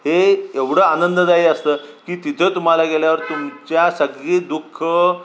हे एवढं आनंददायी असतं की तिथं तुम्हाला गेल्यावर तुमच्या सगळी दुःखं